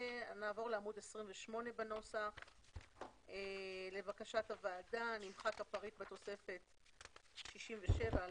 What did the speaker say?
אני עוברת לעמוד 28. לבקשת הוועדה נמחק בתוספת פריט מספר 67 על